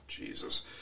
Jesus